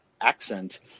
accent